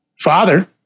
father